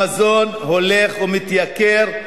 המזון הולך ומתייקר,